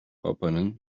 papanın